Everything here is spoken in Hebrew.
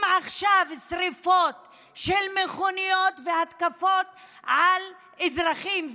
עכשיו שרפות של מכוניות והתקפות על אזרחים.